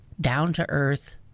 down-to-earth